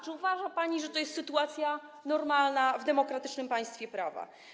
Czy uważa pani, że jest to sytuacja normalna w demokratycznym państwie prawa?